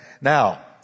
Now